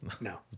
No